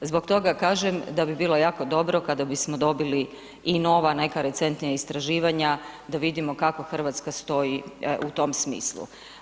Zbog toga kažem da bi bilo jako dobro kada bismo dobili i nova neka recentnija istraživanja da vidimo kako Hrvatska stoji u tom smislu.